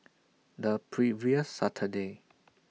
The previous Saturday